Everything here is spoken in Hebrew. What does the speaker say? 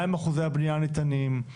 מהם אחוזי הבנייה הניתנים,